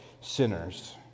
sinners